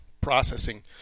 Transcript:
processing